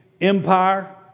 empire